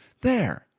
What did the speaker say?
there!